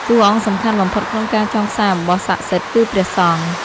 តួអង្គសំខាន់បំផុតក្នុងការចងខ្សែអំបោះស័ក្តិសិទ្ធិ គឺព្រះសង្ឃ។